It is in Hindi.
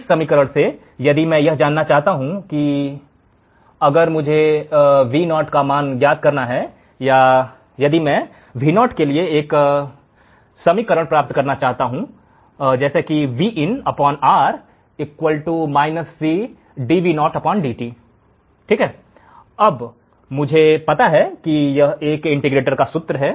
इस समीकरण से यदि मैं जानना चाहता हूं अगर मुझे Vo का मान को ज्ञात करना है या यदि मैं Vo के लिए एक समीकरण को प्राप्त करना चाहता हूं तो अब मुझे पता है कि यह इंटीग्रेटर का सूत्र है